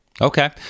Okay